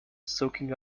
soaking